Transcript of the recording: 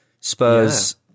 Spurs